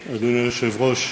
היושב-ראש,